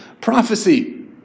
prophecy